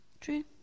True